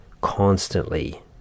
constantly